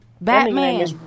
Batman